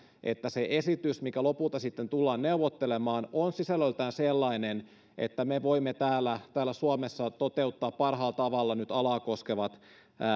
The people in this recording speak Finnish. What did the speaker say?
että se esitys mikä lopulta sitten tullaan neuvottelemaan on sisällöltään sellainen että me voimme täällä täällä suomessa toteuttaa parhaalla tavalla nyt alaa koskevat